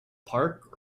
park